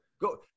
go